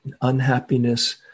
unhappiness